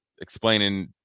explaining